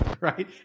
right